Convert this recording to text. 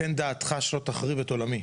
תן דעתך שלא תחריב את עולמי.